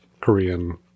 Korean